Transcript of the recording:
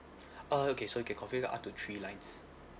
uh okay so you can configure up to three lines